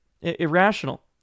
irrational